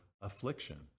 affliction